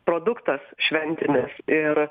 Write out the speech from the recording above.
produktas šventinis ir